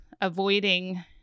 avoiding